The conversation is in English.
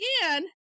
again